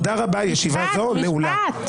תודה רבה, הישיבה נעולה.